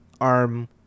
arm